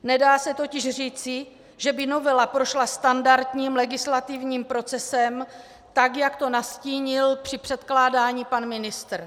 Nedá se totiž říci, že by novela prošla standardním legislativním procesem tak, jak to nastínil při předkládání pan ministr.